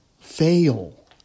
fail